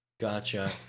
Gotcha